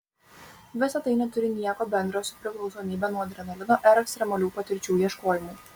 visa tai neturi nieko bendro su priklausomybe nuo adrenalino ar ekstremalių patirčių ieškojimu